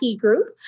group